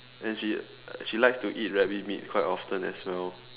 and she she likes to eat rabbit meat quite often as well